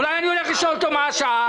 אולי אני הולך לשאול אותו מה השעה?